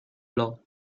law